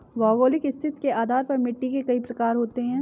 भौगोलिक स्थिति के आधार पर मिट्टी के कई प्रकार होते हैं